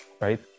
right